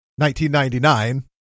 1999